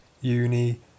uni